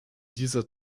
dieser